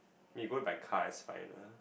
you go by car it's fine lah